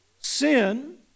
sin